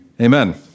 Amen